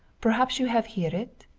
perhaps you have hear it?